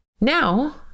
Now